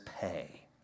pay